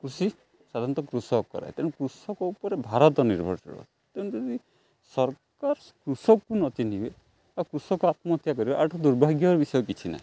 କୃଷି ସାଧାରଣତଃ କୃଷକ କରାଏ ତେଣୁ କୃଷକ ଉପରେ ଭାରତ ନିର୍ଭରଶୀଳ ତେଣୁ ଯଦି ସରକାର କୃଷକକୁ ନ ଚିହ୍ନିବେ ଆଉ କୃଷକ ଆତ୍ମହତ୍ୟା କରିବ ଆ ଠୁ ଦୁର୍ଭାଗ୍ୟର ବିଷୟ କିଛି ନାହିଁ